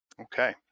Okay